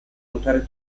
notare